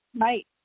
Right